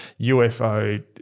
UFO